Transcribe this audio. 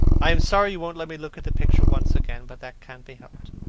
i am sorry you won't let me look at the picture once again. but that can't be helped.